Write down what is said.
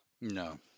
No